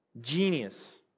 genius